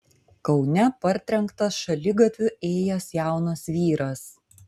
kaune partrenktas šaligatviu ėjęs jaunas vyras